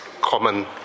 common